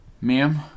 Ma'am